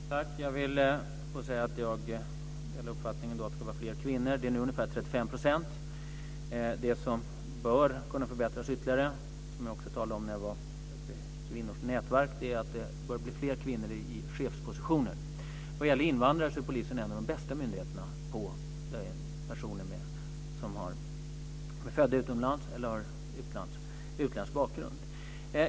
Fru talman! Jag vill få säga att jag delar uppfattningen att det ska vara fler kvinnor. Det är nu ungefär 35 %. Det som bör kunna förbättras ytterligare, som jag också talade om när jag besökte kvinnors nätverk, är förhållandet vad gäller antalet kvinnor i chefspositioner. Vad gäller invandrare är polisen en av de bästa myndigheterna. Det gäller personer som är födda utomlands eller har utländsk bakgrund.